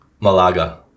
Malaga